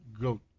goat